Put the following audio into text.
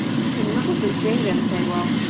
you can look at this data and say, well,